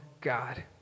God